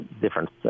difference